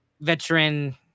veteran